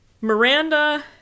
Miranda